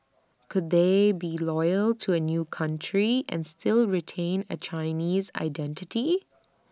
could they be loyal to A new country and still retain A Chinese identity